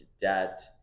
debt